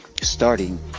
starting